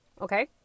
okay